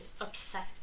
upset